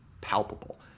palpable